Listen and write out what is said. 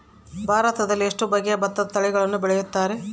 ಭಾರತದಲ್ಲಿ ಎಷ್ಟು ಬಗೆಯ ಭತ್ತದ ತಳಿಗಳನ್ನು ಬೆಳೆಯುತ್ತಾರೆ?